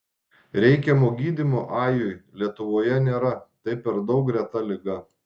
reikiamo gydymo ajui lietuvoje nėra tai per daug reta liga